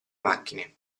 macchine